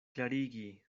klarigi